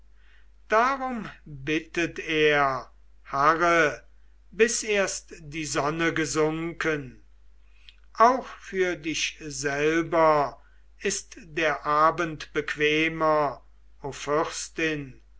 darum bittet er harre bis erst die sonne gesunken auch für dich selber ist der abend bequemer o